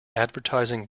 advertising